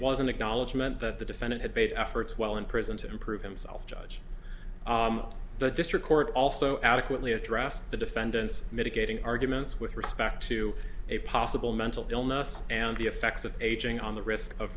an acknowledgement that the defendant had made efforts while in prison to improve himself judge the district court also adequately addressed the defendant's mitigating arguments with respect to a possible mental illness and the effects of aging on the risk of